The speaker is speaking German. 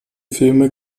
filme